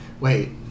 wait